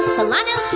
Solano